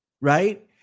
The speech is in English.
right